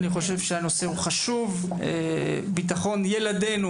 אני חושב שהנושא הוא חשוב - ביטחון ילדינו